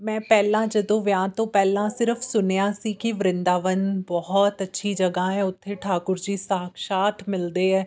ਮੈਂ ਪਹਿਲਾਂ ਜਦੋਂ ਵਿਆਹ ਤੋਂ ਪਹਿਲਾਂ ਸਿਰਫ਼ ਸੁਣਿਆ ਸੀ ਕਿ ਵਰਿੰਦਾਵਨ ਬਹੁਤ ਅੱਛੀ ਜਗ੍ਹਾ ਹੈ ਉੱਥੇ ਠਾਕੁਰ ਜੀ ਸਾਕਸ਼ਾਤ ਮਿਲਦੇ ਹੈ